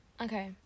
Okay